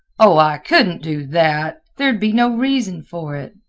oh! i couldn't do that there'd be no reason for it,